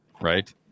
right